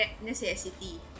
necessity